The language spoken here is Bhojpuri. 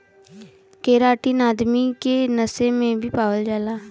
केराटिन आदमी के नहे में भी पावल जाला